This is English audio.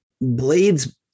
Blades